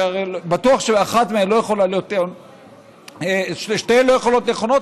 הרי בטוח שלא יכול להיות ששתיהן נכונות,